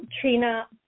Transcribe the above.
Trina